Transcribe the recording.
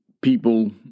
people